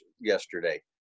yesterday